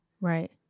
Right